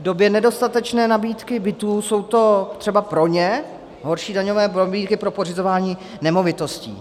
V době nedostatečné nabídky bytů jsou to třeba pro ně horší daňové pobídky pro pořizování nemovitostí.